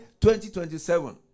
2027